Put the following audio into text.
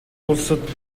улсад